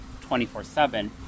24-7